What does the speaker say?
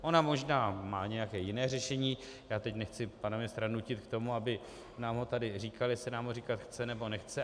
Ona možná má nějaké jiné řešení, já teď nechci pana ministra nutit k tomu, aby nám ho tady říkal, jestli nám ho říkat chce, nebo nechce.